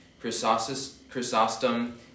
Chrysostom